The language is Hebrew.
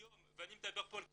היום, ואני מדבר פה על כמויות,